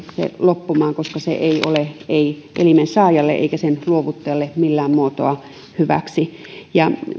loppumaan koska se ei ole elimen saajalle eikä sen luovuttajalle millään muotoa hyväksi